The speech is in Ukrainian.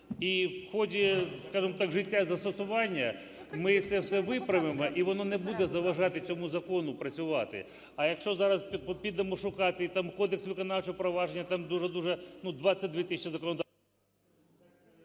І в ході, скажемо так, життя, застосування ми це все виправимо і воно не буде заважати цьому закону працювати. А якщо зараз підемо шукати, там кодекс виконавчого провадження, там дуже-дуже, там 22 тисячі… Веде